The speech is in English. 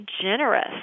generous